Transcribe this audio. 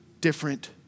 different